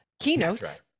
keynotes